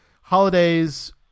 holidays